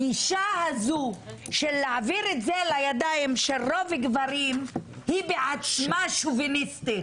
הגישה הזו של להעביר את זה לידיים של רוב גברי היא בעצמה שוביניסטית,